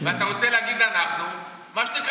ואתה רוצה להגיד "אנחנו"; מה שנקרא,